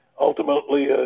ultimately